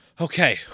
Okay